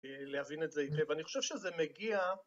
להבין את זה היטב, אני חושב שזה מגיע...